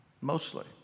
mostly